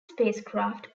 spacecraft